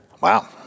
wow